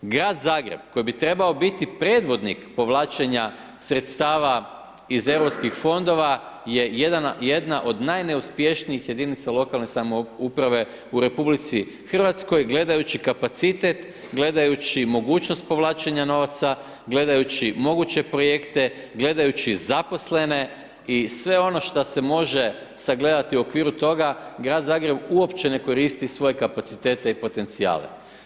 Grad Zagreb koji bi trebao biti predvodnik povlačenja sredstava iz EU fondova je jedna od najneuspješnijih jedinica lokalne samouprave u RH gledaju kapacitet, gledajući mogućnost povlačenja novaca, gledajući moguće projekte, gledajući zaposlene i sve ono što se može sagledati u okviru toga, grad Zagreb uopće ne koristi svoje kapacitete i potencijale.